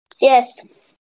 yes